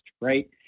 right